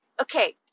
okay